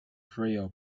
frail